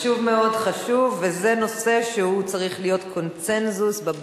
זה יותר מנדטים מאשר יש למפלגתי.